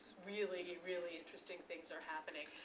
really, really interesting things are happening.